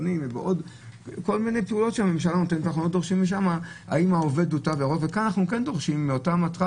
אנחנו לא דורשים מהעובד תו ירוק ואילו כאן אנחנו כן דורשים ממפעילי